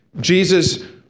Jesus